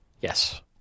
Yes